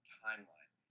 timeline